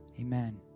Amen